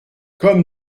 comme